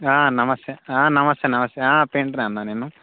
నమస్తే నమస్తే నమస్తే పెయింటరే అన్నా నేను